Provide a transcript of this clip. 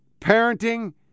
parenting